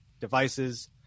devices